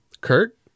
kurt